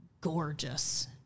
gorgeous